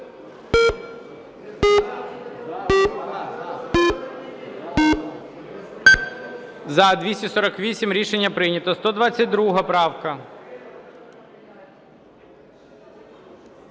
За-248 Рішення прийнято. 122 правка.